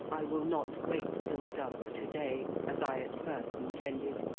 i will not wait till dusk to-day, as i at first intended,